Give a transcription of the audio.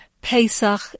Pesach